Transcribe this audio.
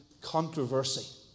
controversy